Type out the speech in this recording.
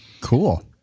Cool